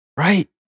right